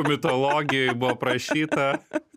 mitologijoj buvo aprašyta